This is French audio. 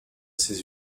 ses